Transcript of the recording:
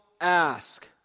ask